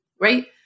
right